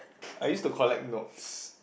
I used to collect notes